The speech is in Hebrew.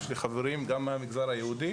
יש לי חברים גם מהמגזר היהודי,